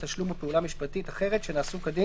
תשלום או פעולה משפטית אחרת שנעשו כדין